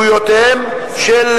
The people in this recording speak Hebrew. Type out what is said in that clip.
רשויות מקומיות, סעיף